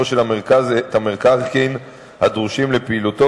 של המרכז את המקרקעין הדרושים לפעילותו,